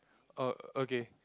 oh okay